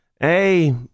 Hey